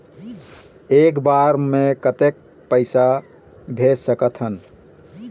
एक बार मे कतक पैसा भेज सकत हन?